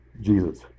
Jesus